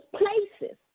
places